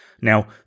Now